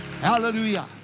Hallelujah